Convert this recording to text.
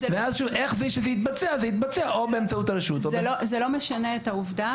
ואז זה יתבצע או באמצעות הרשות או באמצעות --- זה לא משנה את העובדה